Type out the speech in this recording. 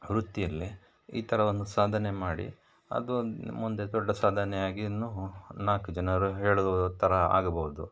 ವೃತ್ತಿಯಲ್ಲಿ ಈ ಥರದ್ದು ಒಂದು ಸಾಧನೆ ಮಾಡಿ ಅದು ಒಂದು ಮುಂದೆ ದೊಡ್ಡ ಸಾಧನೆಯಾಗಿ ಇನ್ನೂ ನಾಲ್ಕು ಜನರು ಹೇಳುವ ಥರ ಆಗಬಹುದು